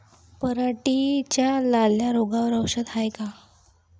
पराटीच्या लाल्या रोगावर औषध हाये का?